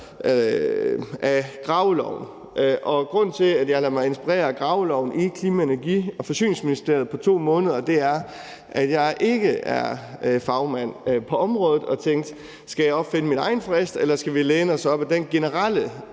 af graveloven. Grunden til, at jeg lader mig inspirere af de 2 måneder i graveloven i Klima-, Energi- og Forsyningsministeriet, er, at jeg ikke er fagmand på området, og jeg tænkte, om jeg skulle opfinde min egen frist, eller om vi skal læne os op ad den generelle